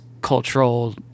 cultural